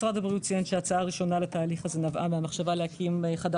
משרד הבריאות ציין שהצעה ראשונה לתהליך הזה נבעה מהמחשבה להקים חדר